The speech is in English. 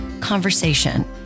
conversation